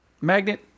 magnet